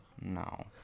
no